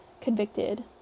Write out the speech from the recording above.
convicted